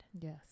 Yes